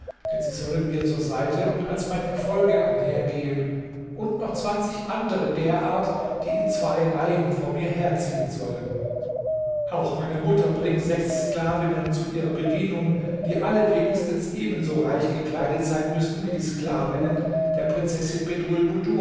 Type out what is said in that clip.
denn sie sollen mir zur seite und als mein gefolge einhergehen und noch zwanzig andere der art die in zwei reihen vor mir herziehen sollen auch meiner mutter bring sechs sklavinnen zu ihrer bedienung die alle wenigstens ebenso reich gekleidet sein müssen wie die sklavinnen der prinzessin